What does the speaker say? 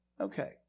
okay